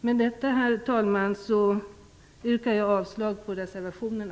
Med detta, herr talman, yrkar jag avslag på reservationerna.